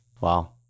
Wow